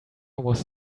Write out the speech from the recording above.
was